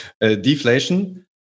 deflation